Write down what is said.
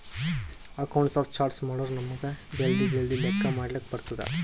accounts of charts ಮಾಡುರ್ ನಮುಗ್ ಜಲ್ದಿ ಜಲ್ದಿ ಲೆಕ್ಕಾ ಮಾಡ್ಲಕ್ ಬರ್ತುದ್